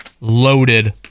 loaded